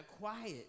quiet